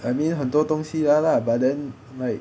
I mean 很多东西 ya lah but then like